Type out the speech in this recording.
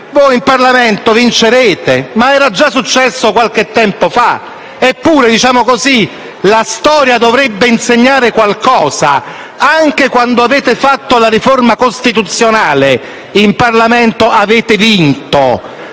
in Parlamento vincerete, ma era già successo qualche tempo fa. Eppure, la storia dovrebbe insegnare qualcosa: anche quando avete fatto la riforma costituzionale, in Parlamento avete vinto.